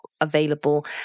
available